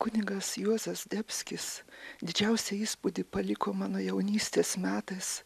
kunigas juozas zdebskis didžiausią įspūdį paliko mano jaunystės metais